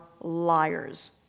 liars